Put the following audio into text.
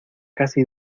casi